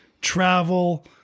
travel